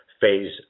phase